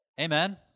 Amen